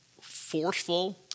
forceful